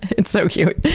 it's so cute.